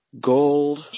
Gold